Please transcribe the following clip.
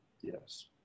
Yes